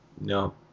No